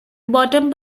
bottom